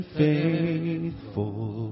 faithful